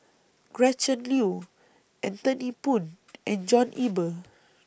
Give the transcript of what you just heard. Gretchen Liu Anthony Poon and John Eber